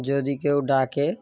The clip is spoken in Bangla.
যদি কেউ ডাকে